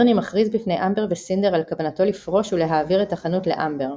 ברני מכריז בפני אמבר וסינדר על כוונתו לפרוש ולהעביר את החנות לאמבר.